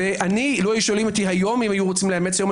לו היו שואלים אותי היום - הייתי מתנגד.